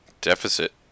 deficit